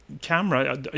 camera